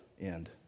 end